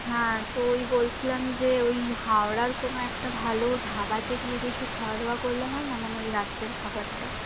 হ্যাঁ তো ওই বলছিলাম যে ওই হাওড়ার কোনো একটা ভালো ধাবাতে গিয়ে কিছু খাওয়া দাওয়া করলে হয় না মানে ওই রাত্রের খাবারটা